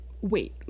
wait